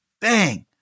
Bang